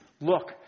Look